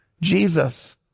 Jesus